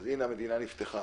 אז הנה, המדינה נפתחה.